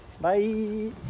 Bye